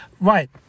Right